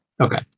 Okay